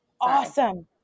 Awesome